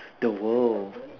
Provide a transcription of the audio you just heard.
the world